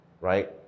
right